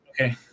Okay